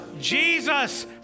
Jesus